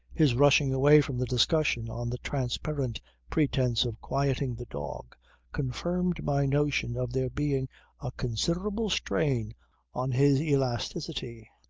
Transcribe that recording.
his rushing away from the discussion on the transparent pretence of quieting the dog confirmed my notion of there being a considerable strain on his elasticity.